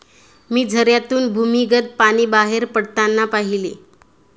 मी झऱ्यातून भूमिगत पाणी बाहेर पडताना पाहिले